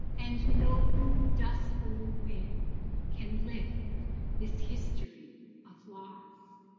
and no dustbowl wind can lift this history of loss.